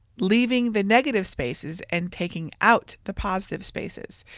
leaving the negative spaces and taking out the positive spaces.